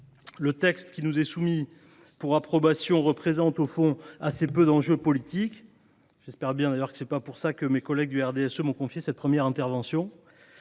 Le texte qui nous est soumis pour approbation revêt, au fond, assez peu d’enjeux politiques. J’espère d’ailleurs que ce n’est pas pour cette raison que mes collègues du RDSE m’ont confié cette première intervention.